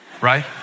right